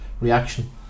reaction